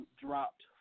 dropped